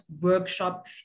workshop